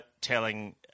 telling